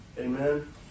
Amen